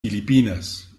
filipinas